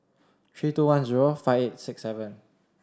three two one zero five eight six seven